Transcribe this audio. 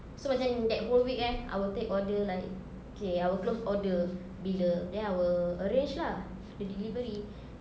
so macam that whole week eh I will take order like okay I will close order bila then I will arrange lah the delivery